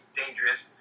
dangerous